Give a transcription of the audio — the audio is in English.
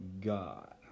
God